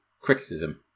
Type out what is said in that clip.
criticism